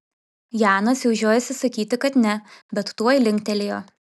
janas jau žiojosi sakyti kad ne bet tuoj linktelėjo